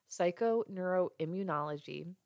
Psychoneuroimmunology